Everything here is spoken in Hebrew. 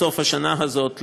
עד סוף השנה הזאת,